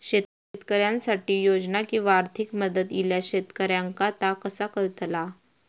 शेतकऱ्यांसाठी योजना किंवा आर्थिक मदत इल्यास शेतकऱ्यांका ता कसा कळतला?